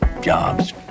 jobs